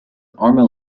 armor